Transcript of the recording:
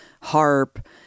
harp